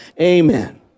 Amen